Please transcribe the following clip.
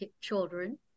children